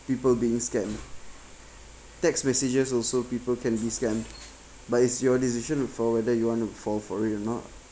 people being scammed text messages also people can be scammed but it's your decision for whether you want to fall for it or not